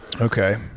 Okay